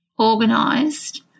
organised